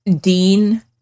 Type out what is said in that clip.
Dean